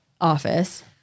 office